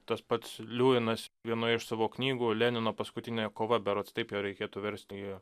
tas pats liuvinas vienoje iš savo knygų lenino paskutinė kova berods taip ją reikėtų versti į